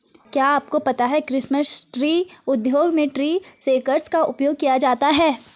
क्या आपको पता है क्रिसमस ट्री उद्योग में ट्री शेकर्स का उपयोग किया जाता है?